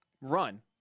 run